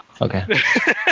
Okay